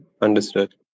Understood